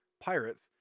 pirates